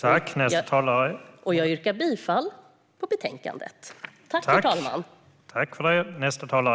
Jag yrkar bifall till utskottets förslag.